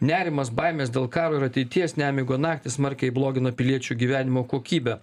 nerimas baimės dėl karo ir ateities nemigo naktys smarkiai blogina piliečių gyvenimo kokybę